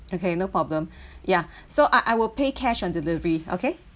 okay no problem ya so I I will pay cash on delivery okay